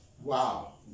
Wow